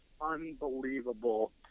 unbelievable